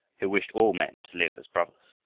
who wished all men to live as brothers.